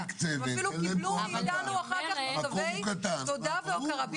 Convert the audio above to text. הם אפילו קיבלו מאיתנו מכתבי תודה והוקרה.